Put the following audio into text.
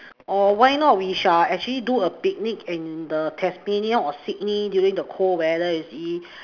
or why not we shall actually do a picnic in the Tasmania or Sydney during the cold weather you see